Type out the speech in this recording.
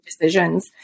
decisions